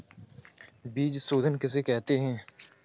बीज शोधन किसे कहते हैं?